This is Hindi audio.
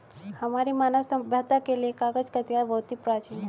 हमारी मानव सभ्यता के लिए कागज का इतिहास बहुत ही प्राचीन है